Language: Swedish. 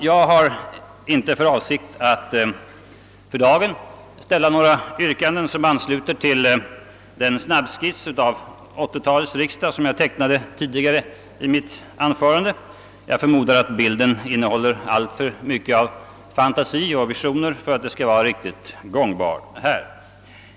Jag har inte för avsikt att i dag ställa några yrkanden, som ansluter till den snabbskiss av 1980 talets riksdag, vilken jag tecknade tidigare i ett anförande. Jag förmodar att bilden innehåller alltför mycket av fantasi och visioner för att vara riktigt gångbar här.